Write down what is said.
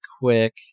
quick